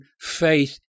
faith